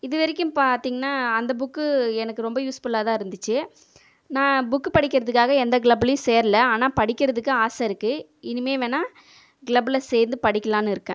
இதுவரைக்கும் பார்த்தீங்கனா அந்தப் புக்கு எனக்கு ரொம்ப யூஸ்ஃபுல்லாகதான் இருந்துச்சு நான் புக்கு படிக்கிறதுக்காக எந்த க்ளப்லேயும் சேரலை ஆனால் படிக்கிறதுக்கு ஆசை இருக்குது இனிமேல் வேணுனால் க்ளப்பில் சேர்ந்து படிக்கலாம்னு இருக்கேன்